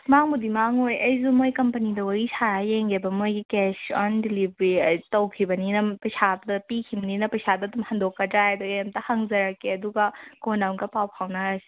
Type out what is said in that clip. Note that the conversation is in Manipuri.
ꯃꯥꯡꯕꯨꯗꯤ ꯃꯥꯡꯉꯣꯏ ꯑꯩꯁꯨ ꯃꯣꯏ ꯀꯝꯄꯅꯤꯗ ꯋꯥꯔꯤ ꯁꯥꯔ ꯌꯦꯡꯒꯦꯕ ꯃꯣꯏꯒꯤ ꯀꯦꯁ ꯑꯣꯟ ꯗꯤꯂꯤꯕꯔꯤ ꯇꯧꯈꯤꯕꯅꯤꯅ ꯄꯩꯁꯥꯗꯣ ꯑꯗ ꯄꯤꯈꯤꯕꯅꯤꯅ ꯄꯩꯁꯥꯗꯣ ꯑꯗꯨꯝ ꯍꯟꯗꯣꯛꯀꯗ꯭ꯔꯥ ꯍꯥꯏꯕ ꯑꯩ ꯑꯃꯇ ꯍꯪꯖꯔꯛꯀꯦ ꯑꯗꯨꯒ ꯀꯣꯟꯅ ꯑꯃꯨꯛꯀ ꯄꯥꯎ ꯐꯥꯎꯅꯔꯁꯤ